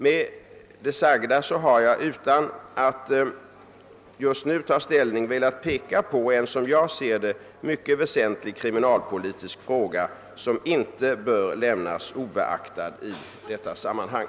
Med det sagda har jag utan att just nu ta ställning velat peka på en, som jag ser det, mycket väsentlig kriminalpolitisk fråga, som inte bör lämnas obeaktad i detta sammanhang.